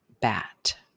bat